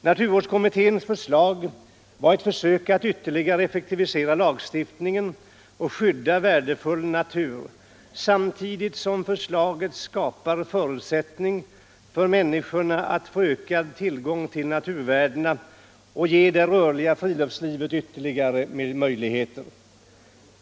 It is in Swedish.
Naturvårdskommitténs förslag var ett försök att ytterligare effektivisera lagstiftningen och skydda värdefull natur samtidigt som förslaget skapar förutsättning för människorna att få ökad tillgång till naturvärdena och ger det rörliga friluftslivet ytterligare möjligheter.